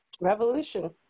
Revolution